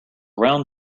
round